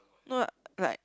no like like